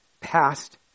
past